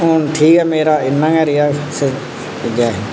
हून ठीक ऐ मेरा इन्ना गै रेहा इस च जय हिंद